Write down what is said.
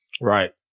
Right